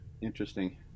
Interesting